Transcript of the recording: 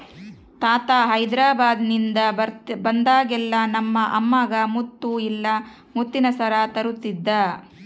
ತಾತ ಹೈದೆರಾಬಾದ್ನಿಂದ ಬಂದಾಗೆಲ್ಲ ನಮ್ಮ ಅಮ್ಮಗ ಮುತ್ತು ಇಲ್ಲ ಮುತ್ತಿನ ಸರ ತರುತ್ತಿದ್ದ